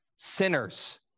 sinners